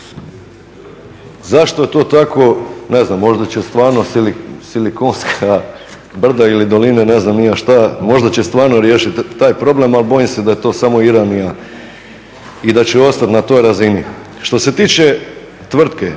Što se tiče tvrtke,